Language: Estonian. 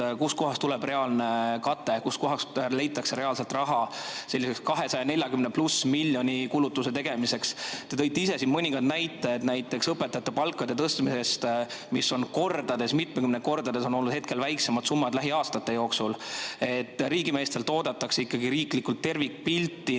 kust kohast tuleb reaalne kate, kust kohast leitakse reaalselt raha selliseks 240+ miljoni suuruse kulutuse tegemiseks. Te tõite ise siin mõningad näited, näiteks õpetajate palkade tõstmine, mis on olnud kordades, mitukümmend korda hetkel väiksemad summad lähiaastate jooksul. Riigimeestelt oodatakse ikkagi riiklikult tervikpilti,